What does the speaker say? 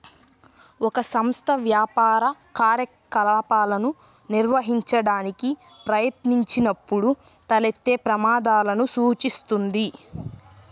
ఒక సంస్థ వ్యాపార కార్యకలాపాలను నిర్వహించడానికి ప్రయత్నించినప్పుడు తలెత్తే ప్రమాదాలను సూచిస్తుంది